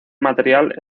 material